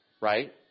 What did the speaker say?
right